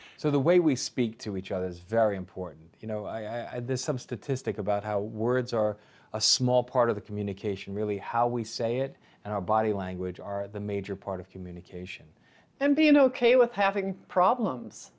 so the way we speak to each other is very important you know there's some statistic about how words are a small part of the communication really how we say it and our body language are the major part of communication and being ok with having problems